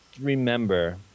remember